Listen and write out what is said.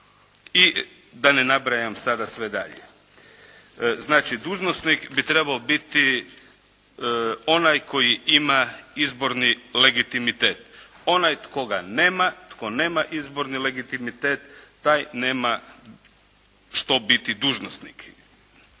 da ne nabrajam sada sve dalje. Znači, dužnosnik bi trebao biti onaj koji ima izborni legitimitet. Onaj tko ga nema, tko nema izborni legitimitet taj nema što biti dužnosnik.